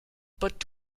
but